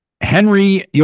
Henry